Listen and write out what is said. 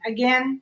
Again